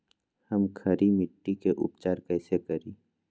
हम खड़ी मिट्टी के उपचार कईसे करी?